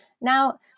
Now